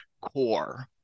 core